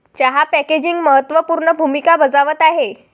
चहा पॅकेजिंग महत्त्व पूर्ण भूमिका बजावत आहे